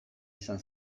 izan